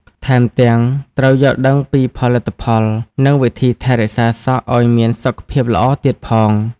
ថែមទាំង ត្រូវយល់ដឹងពីផលិតផល និងវិធីថែរក្សាសក់ឱ្យមានសុខភាពល្អទៀតផង។